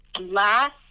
last